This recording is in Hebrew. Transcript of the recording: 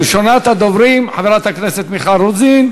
ראשונת הדוברים, חברת הכנסת מיכל רוזין,